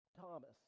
Thomas